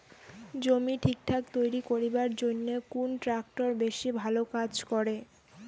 জমি ঠিকঠাক তৈরি করিবার জইন্যে কুন ট্রাক্টর বেশি ভালো কাজ করে?